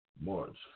March